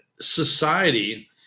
society